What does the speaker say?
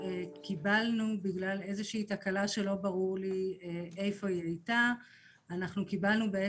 בגלל איזושהי תקלה שלא ברור לי איפה היא הייתה קיבלנו את